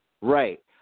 right